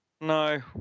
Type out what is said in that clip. No